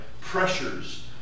pressures